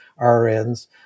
RNs